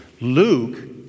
Luke